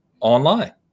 online